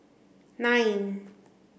nine